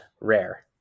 rare